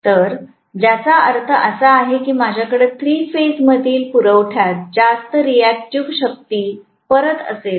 तर ज्याचा अर्थ असा आहे की माझ्याकडे थ्री फेज मधील पुरवठ्यात जास्त रीऍक्टिव्ह शक्ती परत असेल